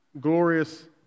glorious